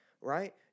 right